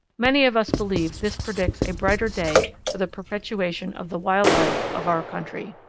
many of us believe this predicts a brighter day for the perpetuation of the wild life of our country.